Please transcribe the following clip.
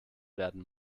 werden